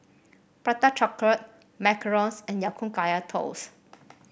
Prata Chocolate macarons and Ya Kun Kaya Toast